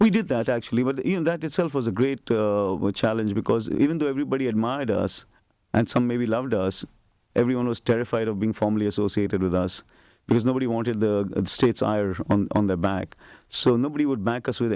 we did that actually but you know that itself was a great challenge because even though everybody admired us and some maybe loved us everyone was terrified of being formally associated with us because nobody wanted the states i or on the back so nobody would back us with